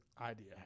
idea